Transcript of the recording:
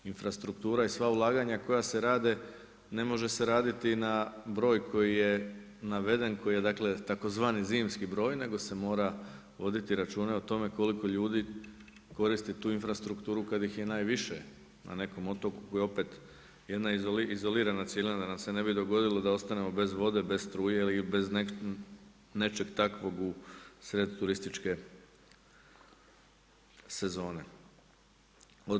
Infrastruktura i sva ulaganja koja se rade ne može se raditi na broj koji je naveden, koji je tzv. zimski broj, nego se mora voditi računa i o tome koliko ljudi koristi tu infrastrukturu kad ih je najviše na nekom otoku koji je opet jedna izolirana cjelina, da nam se ne bi dogodilo da ostanemo bez vode, bez struje ili bez nečeg takvog usred turističke sezone.